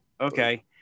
okay